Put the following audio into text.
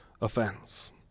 offense